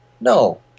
No